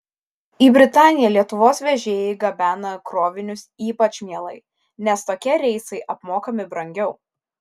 į britaniją lietuvos vežėjai gabena krovinius ypač mielai nes tokie reisai apmokami brangiau